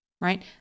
Right